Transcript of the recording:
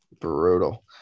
Brutal